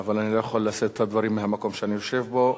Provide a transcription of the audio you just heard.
אבל אני לא יכול לשאת את הדברים מהמקום שאני יושב בו.